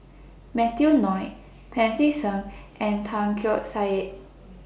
Matthew Ngui Pancy Seng and Tan Keong Saik